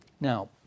now